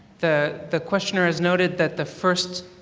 the the questioner has noted that the first,